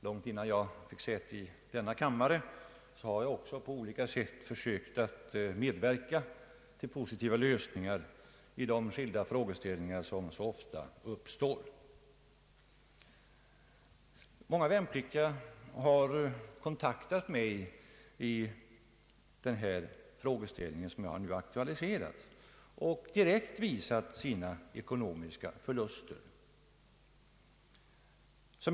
Långt innan jag fick säte i denna kammare försökte jag på olika sätt att medverka till positiva lösningar i de skilda frågor som så ofta uppstår. Många värnpliktiga har kontaktat mig i den fråga som jag nu har aktualiserat och direkt visat sina ekonomiska förluster.